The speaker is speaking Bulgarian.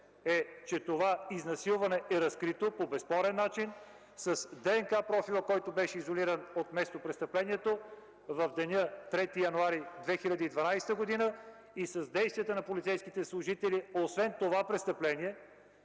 е, че това изнасилване е разкрито по безспорен начин, с ДНК-профила, изолиран от местопрестъплението в деня 3 януари 2012 г. с действията на полицейските служители. Освен това престъпление